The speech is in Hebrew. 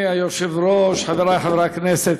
אדוני היושב-ראש, חברי חברי הכנסת,